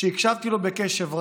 שהקשבתי לו בקשב רב,